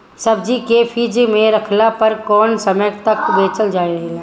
सब्जी के फिज में रखला पर केतना समय तक बचल रहेला?